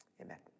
Amen